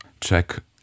check